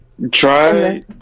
Try